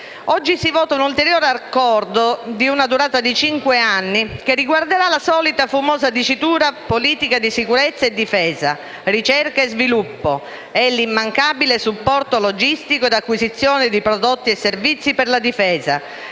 Oggi si vota un ulteriore Accordo per una durata di cinque anni, che riguarderà la solita fumosa dicitura «politica di sicurezza e difesa, ricerca e sviluppo» e l'immancabile "supporto logistico ed acquisizione di prodotti e servizi per la difesa",